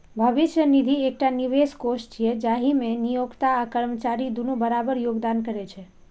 भविष्य निधि एकटा निवेश कोष छियै, जाहि मे नियोक्ता आ कर्मचारी दुनू बराबर योगदान करै छै